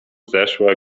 zeszłe